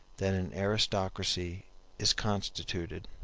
that an aristocracy is constituted.